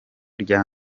rya